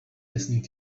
listening